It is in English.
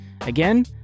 Again